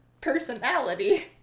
personality